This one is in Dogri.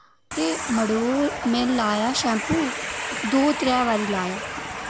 ते मड़ेओ में लाया शैम्पू दो त्रैऽ बारी लाया